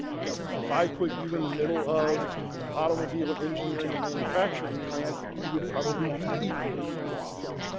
ok? if i put you in the middle of an automobile, engineering and manufacturing plant you would probably be equally lost,